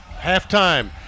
halftime